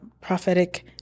prophetic